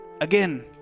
again